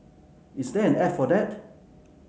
is there an app for that